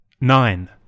nine